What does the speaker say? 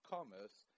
Commerce